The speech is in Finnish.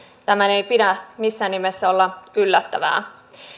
tämän ei pidä missään nimessä olla yllättävää